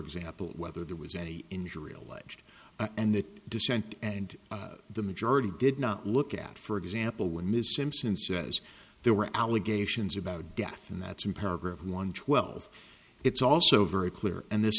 example whether there was any injury alleged and the dissent and the majority did not look at for example when mr simpson says there were allegations about a death and that's in paragraph one twelve it's also very clear and this